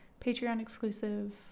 Patreon-exclusive